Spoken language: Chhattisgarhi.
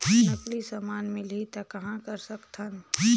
नकली समान मिलही त कहां कर सकथन?